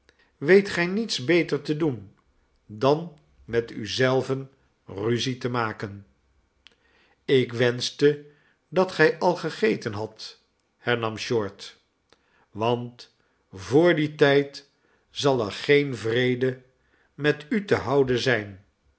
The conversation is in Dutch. weet gij niets beter te doen dan met u zelven ruzie te maken ik wenschte dat gij al gegeten hadt hernam short want voor dien tijd zal er geen vrede met u te houden zijn